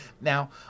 Now